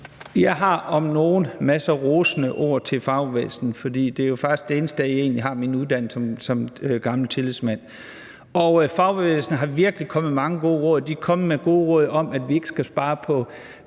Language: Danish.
Jeg har om nogen masser af rosende ord til fagbevægelsen, for det er jo faktisk derfra, jeg har min uddannelse som gammel tillidsmand. Fagbevægelsen er virkelig kommet med mange gode råd. De er kommet med gode råd om, at vi ikke skal spare på